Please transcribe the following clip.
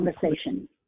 conversation